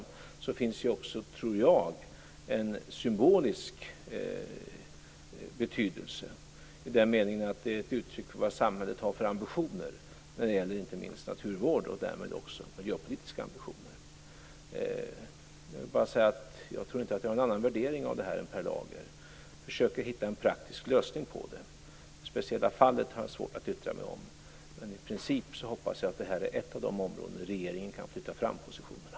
Det finns också en symbolisk betydelse i den meningen att det är ett uttryck av vad samhället har för ambitioner, inte minst när det gäller naturvård och därmed också miljöpolitiska ambitioner. Jag tror inte att jag har en annan värdering av detta än Per Lager. Vi försöker att hitta en praktisk lösning på problemet. Jag har svårt att yttra mig om det speciella fallet, men i princip hoppas jag att detta är ett av de områden där regeringen kan flytta fram positionerna.